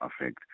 affect